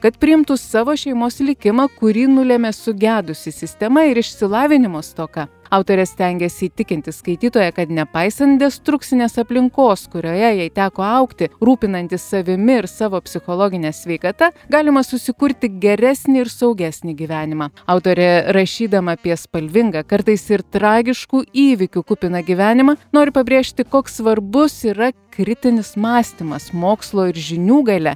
kad priimtų savo šeimos likimą kurį nulemė sugedusi sistema ir išsilavinimo stoka autorė stengiasi įtikinti skaitytoją kad nepaisant destrukcinės aplinkos kurioje jai teko augti rūpinantis savimi ir savo psichologine sveikata galima susikurti geresnį ir saugesnį gyvenimą autorė rašydama apie spalvingą kartais ir tragiškų įvykių kupiną gyvenimą nori pabrėžti koks svarbus yra kritinis mąstymas mokslo ir žinių galia